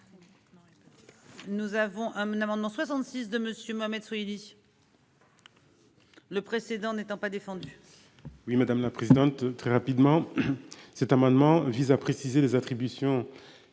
Nous avons un amendement 66 de Monsieur Mohamed Soihili. Le précédent n'étant pas défendu. Oui madame la présidente, très rapidement. Cet amendement vise à préciser les attributions